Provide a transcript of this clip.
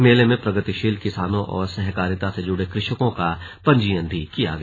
मेले में प्रगतिशील किसानों और सहकारिता से जुड़े कृषकों का पंजीयन भी किया गया